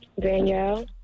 Danielle